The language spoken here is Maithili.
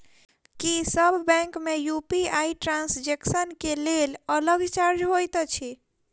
की सब बैंक मे यु.पी.आई ट्रांसजेक्सन केँ लेल अलग चार्ज होइत अछि?